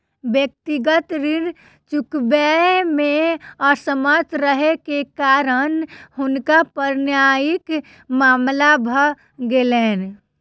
व्यक्तिगत ऋण चुकबै मे असमर्थ रहै के कारण हुनका पर न्यायिक मामला भ गेलैन